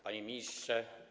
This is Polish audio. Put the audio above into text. Panie Ministrze!